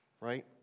right